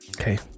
okay